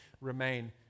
remain